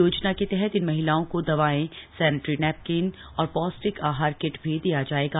योजना के तहत इन महिलाओं को दवाएं सैनिट्री नैपकिन और पौष्टिक आहार किट भी दिया जाएगा